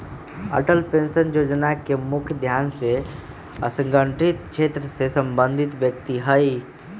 Atal pension जोजना के मुख्य ध्यान असंगठित क्षेत्र से संबंधित व्यक्ति हइ